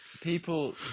people